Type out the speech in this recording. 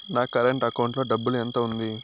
నా current account లో డబ్బులు ఎంత ఉంది?